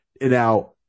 now